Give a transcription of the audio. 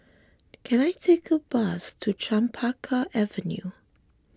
can I take a bus to Chempaka Avenue